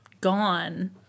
gone